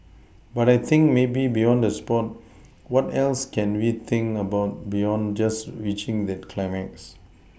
but I think maybe beyond the sport what else can we think about beyond just reaching that climax